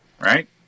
Right